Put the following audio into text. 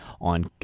on